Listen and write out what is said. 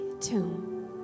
tomb